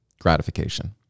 gratification